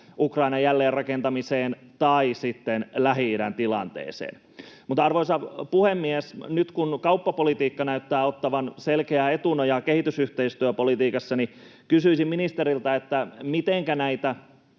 Ukrainan jälleenrakentamiseen tai sitten Lähi-idän tilanteeseen. Arvoisa puhemies! Nyt kun kauppapolitiikka näyttää ottavan selkeää etunojaa kehitysyhteistyöpolitiikassa, niin kysyisin ministeriltä: mitenkä näitä